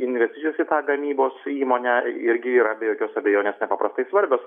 investicijos į tą gamybos įmonę irgi yra be jokios abejonės nepaprastai svarbios